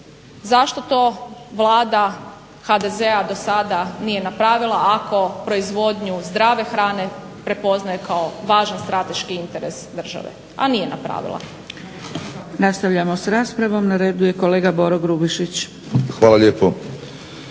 Zašto to Vlada HDZ-a do sada nije napravila ako proizvodnju zdrave hrane prepoznaje kao važan strateški interes države, a nije napravila. **Zgrebec, Dragica (SDP)** Nastavljamo s raspravom. Na redu je kolega Boro Grubišić. **Grubišić,